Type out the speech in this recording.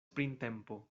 printempo